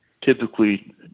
typically